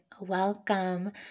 welcome